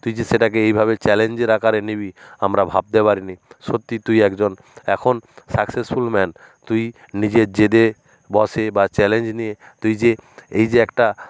তুই যে সেটাকে এইভাবে চ্যালেঞ্জের আকারে নিবি আমরা ভাবতে পারিনি সত্যি তুই একজন এখন সাকসেসফুল ম্যান তুই নিজের জেদে বশে বা চ্যালেঞ্জ নিয়ে তুই যে এই যে একটা